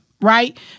right